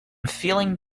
feeling